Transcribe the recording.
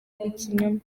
ikinyoma